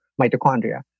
mitochondria